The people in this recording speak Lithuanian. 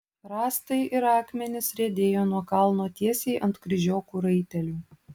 rąstai ir akmenys riedėjo nuo kalno tiesiai ant kryžiokų raitelių